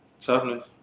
Toughness